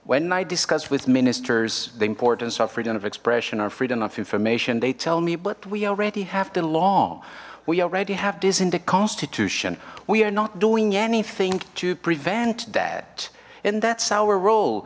when i discussed with ministers the importance of freedom of expression or freedom of information they tell me but we already have the law we already have this in the constitution we are not doing anything to prevent that and that's our role